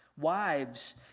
Wives